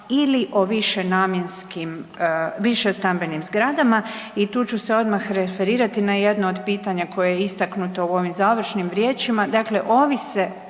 ili o višenamjenskim, višestambenim zgradama. I tu ću se odmah referirati na jedno od pitanja koje je istaknuto u ovim završnim riječima. Dakle, ovi se